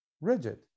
rigid